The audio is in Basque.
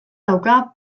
dauka